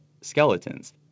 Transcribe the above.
skeletons